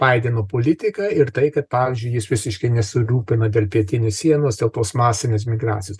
baideno politika ir tai kad pavyzdžiui jis visiškai nesirūpina dėl pietinės sienos dėl tos masinės imigracijos